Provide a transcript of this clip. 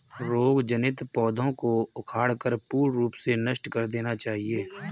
रोग जनित पौधों को उखाड़कर पूर्ण रूप से नष्ट कर देना चाहिये